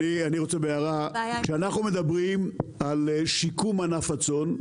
כשאנחנו מדברים על שיקום ענף הצאן,